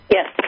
Yes